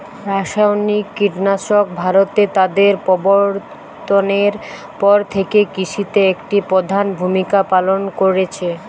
রাসায়নিক কীটনাশক ভারতে তাদের প্রবর্তনের পর থেকে কৃষিতে একটি প্রধান ভূমিকা পালন করেছে